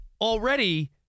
already